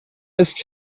ist